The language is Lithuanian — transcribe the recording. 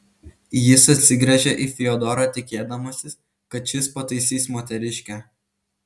jis atsigręžė į fiodorą tikėdamasis kad šis pataisys moteriškę